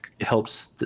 helps